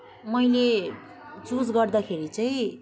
मैले चुज गर्दाखेरि चाहिँ